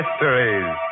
Mysteries